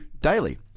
daily